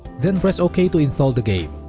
then press ok to install the game